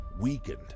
weakened